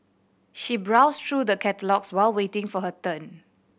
she browsed through the catalogues while waiting for her turn